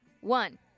One